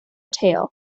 tail